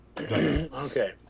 Okay